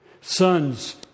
Sons